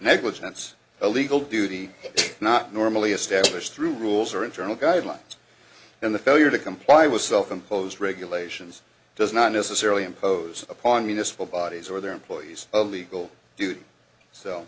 negligence a legal duty not normally established through rules or internal guidelines and the failure to comply with self imposed regulations does not necessarily impose upon me this will bodies or their employees of legal duty so